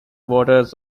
waters